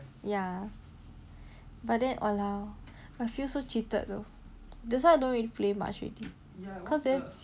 ya but then !walao! I feel so cheated though that's why I don't really play much already cause damn sian